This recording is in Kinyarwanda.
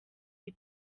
iyi